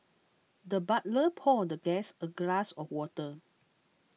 the butler poured the guest a glass of water